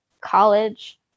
college